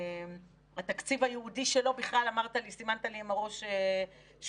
שהתקציב הייעודי שלו סימנת לי עם הראש,